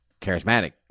charismatic